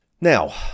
Now